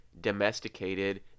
domesticated